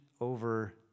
over